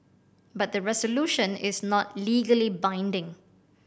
but the resolution is not legally binding